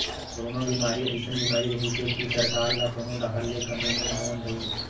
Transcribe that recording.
corona बेमारी अइसन बीमारी रिहिस हे कि सरकार ल कोनो डाहर ले कमई नइ होवन दिस